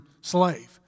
slave